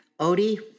Odie